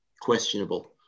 questionable